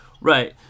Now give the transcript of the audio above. Right